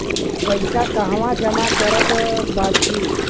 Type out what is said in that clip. पैसा कहवा जमा करब त बची?